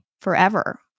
forever